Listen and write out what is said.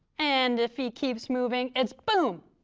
and if he keeps moving, it's boom